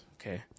Okay